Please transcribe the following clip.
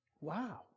Wow